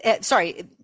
Sorry